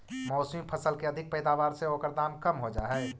मौसमी फसल के अधिक पैदावार से ओकर दाम कम हो जाऽ हइ